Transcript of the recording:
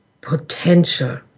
potential